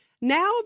Now